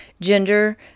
gender